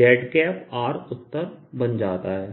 rzR उत्तर बन जाता है